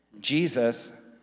Jesus